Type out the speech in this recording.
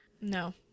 No